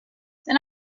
then